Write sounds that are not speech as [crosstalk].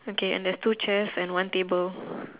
okay and there's two chairs and one table [breath]